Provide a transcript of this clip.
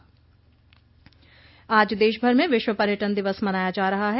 विश्व पर्यटन दिवस आज देशभर में विश्व पर्यटन दिवस मनाया जा रहा है